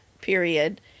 period